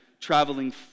traveling